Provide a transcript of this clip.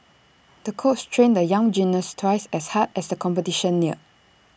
the coach trained the young gymnast twice as hard as the competition neared